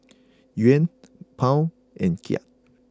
Yuan Pound and Kyat